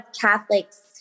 Catholics